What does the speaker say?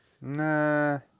nah